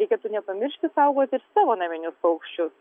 reikėtų nepamiršti saugot ir savo naminius paukščius